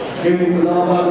תודה רבה,